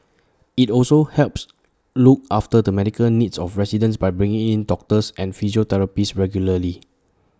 IT also helps look after the medical needs of residents by bringing in doctors and physiotherapists regularly